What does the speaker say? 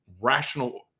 rational